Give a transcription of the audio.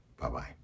Bye-bye